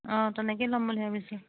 অঁ তেনেকেই ল'ম বুলি ভাবিছোঁ